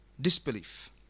disbelief